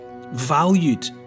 valued